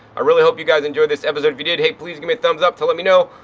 i really hope you guys enjoyed this episode. if you did, hey please give me a thumbs up to let me know.